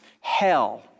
hell